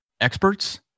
experts